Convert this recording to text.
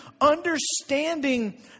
understanding